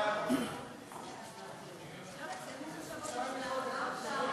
חוק הפיקוח על שירותים